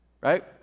right